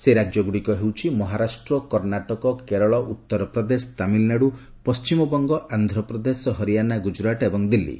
ସେହି ରାଜ୍ୟ ଗୁଡ଼ିକ ହେଉଛି ମହାରାଷ୍ଟ୍ର କର୍ଣ୍ଣାଟକ କେରଳ ଉତ୍ତରପ୍ରଦେଶ ତାମିଲନାଡୁ ପଶ୍ଚିମବଙ୍ଗ ଆନ୍ଧ୍ରପ୍ରଦେଶ ହାରିଆଣା ଗୁଜରାଟ ଏବଂ ଦିଲ୍ଲୀ